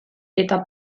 eta